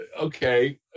okay